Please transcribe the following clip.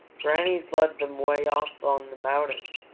granny's led them way off on the mountain.